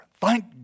Thank